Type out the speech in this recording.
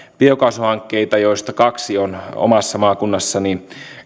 biokaasuhankkeita joista kaksi on omassa maakunnassani